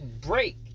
break